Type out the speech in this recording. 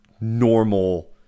normal